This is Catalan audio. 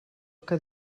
que